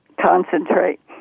concentrate